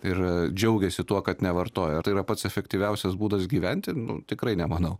ir džiaugiasi tuo kad nevartoja tai yra pats efektyviausias būdas gyventi nu tikrai nemanau